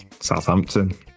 Southampton